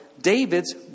David's